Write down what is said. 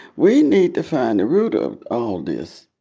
we need to find the root of all this